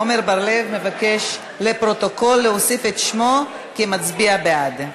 עמר בר-לב מבקש להוסיף את שמו כמצביע בעד.